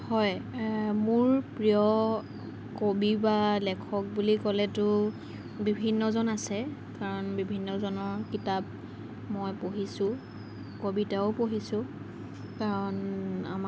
হয় মোৰ প্ৰিয় কবি বা লেখক বুলি ক'লেতো বিভিন্নজন আছে কাৰণ বিভিন্নজনৰ কিতাপ মই পঢ়িছোঁ কবিতাও পঢ়িছোঁ কাৰণ আমাৰ